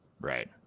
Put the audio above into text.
Right